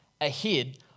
ahead